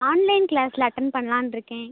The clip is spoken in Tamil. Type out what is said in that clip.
ஆன்லைன் க்ளாஸில் அட்டன் பண்ணலான்ருக்கேன்